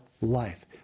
Life